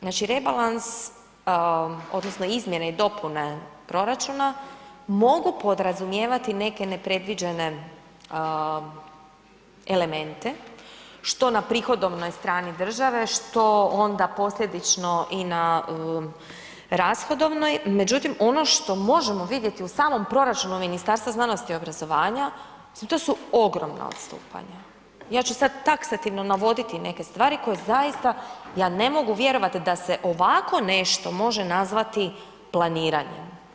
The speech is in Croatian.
Znači rebalans, odnosno izmjene i dopune proračuna mogu podrazumijevati neke nepredviđene elemente što na prihodovnoj strani države, što onda posljedično i na rashodovnoj, međutim ono što možemo vidjeti u samom proračunu Ministarstva znanosti i obrazovanja, mislim to su ogromna odstupanja, ja ću sad taksativno navoditi neke stvari koje zaista ja ne mogu vjerovat da se ovako nešto može nazvati planiranjem.